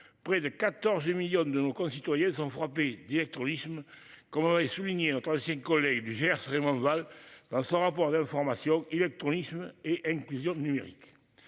Près de 14 millions de nos concitoyens sont frappés d'y être isthme comme vous l'avez souligné, notre ancien collègue du Gers Raymond Grall. Dans son rapport d'information illectronisme et inclusion numérique.